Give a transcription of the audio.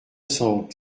cent